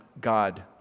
God